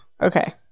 Okay